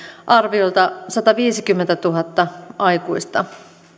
arviolta sataviisikymmentätuhatta aikuista